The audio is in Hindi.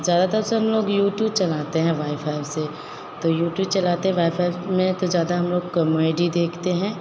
और ज़्यादातर से हम लोग यूट्यूब चलाते हैं वाईफाई से तो यूट्यूब चलाते हैं वाईफाई में तो ज़्यादा हम लोग कमेडी देखते हैं